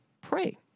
pray